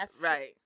Right